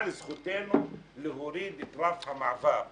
אבל זכותנו להוריד את רף המעבר.